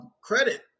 credit